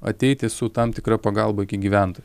ateiti su tam tikra pagalba iki gyventojų